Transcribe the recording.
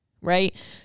right